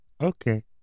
okay